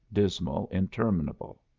dismal, interminable.